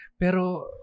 Pero